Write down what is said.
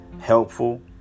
helpful